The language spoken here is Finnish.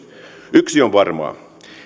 yksi on varmaa